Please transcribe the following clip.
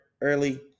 early